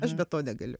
aš be to negaliu